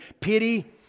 Pity